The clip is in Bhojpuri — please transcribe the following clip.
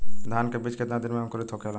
धान के बिज कितना दिन में अंकुरित होखेला?